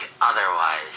otherwise